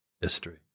history